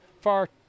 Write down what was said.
far